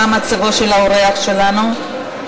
מה מצבו של האורח שלנו?